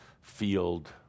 field